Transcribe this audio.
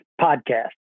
Podcast